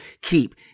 keep